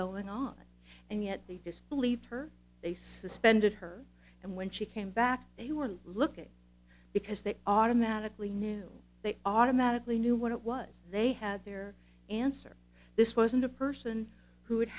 going on and yet they just believed her they suspended her and when she came back they weren't looking because they automatically knew they automatically knew what it was they had their answer this wasn't a person who